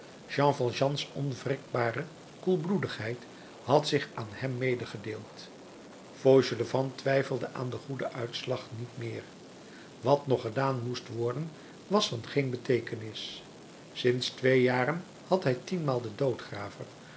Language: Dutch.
jean valjeans onwrikbare koelbloedigheid had zich aan hem medegedeeld fauchelevent twijfelde aan den goeden uitslag niet meer wat nog gedaan moest worden was van geen beteekenis sinds twee jaren had hij tienmaal den